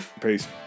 Peace